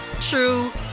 true